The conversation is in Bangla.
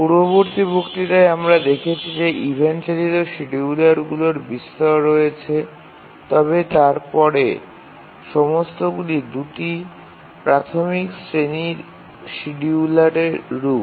পূর্ববর্তী বক্তৃতায় আমরা দেখেছি যে ইভেন্ট চালিত শিডিয়ুলারগুলির বিস্তর রয়েছে তবে তারপরে সমস্তগুলি ২টি প্রাথমিক শ্রেণির শিডিয়ুলের রূপ